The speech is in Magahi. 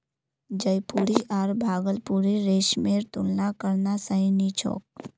जयपुरी आर भागलपुरी रेशमेर तुलना करना सही नी छोक